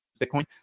Bitcoin